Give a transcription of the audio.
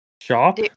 shop